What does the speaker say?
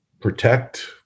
Protect